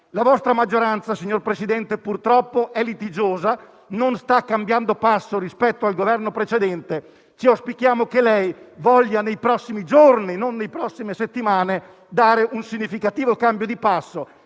La vostra maggioranza, signor Presidente, purtroppo è litigiosa e non sta cambiando passo rispetto al Governo precedente. Auspichiamo che lei voglia nei prossimi giorni, e non nelle prossime settimane, fare un significativo cambio di passo